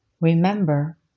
Remember